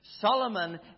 Solomon